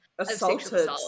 assaulted